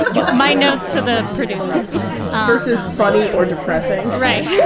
my notes to the producers versus funny or depressing right yeah